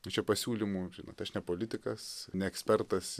tai čia pasiūlymų žinot aš ne politikas ne ekspertas